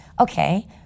okay